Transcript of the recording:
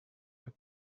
were